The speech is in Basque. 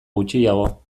gutxiago